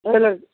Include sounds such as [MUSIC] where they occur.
[UNINTELLIGIBLE]